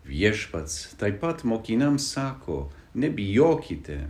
viešpats taip pat mokiniams sako nebijokite